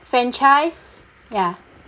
franchise ya